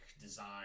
design